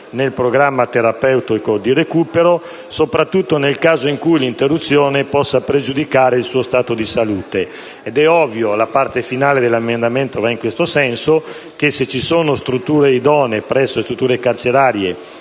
il programma terapeutico di recupero, soprattutto nel caso in cui l'interruzione possa pregiudicarne lo stato di salute. Naturalmente - la parte finale dell'emendamento va proprio in questo senso - se esistono strutture idonee presso le strutture carcerarie,